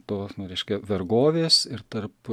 tos nu reiškia vergovės ir tarp